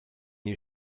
you